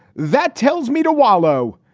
that tells me to wallow.